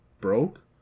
broke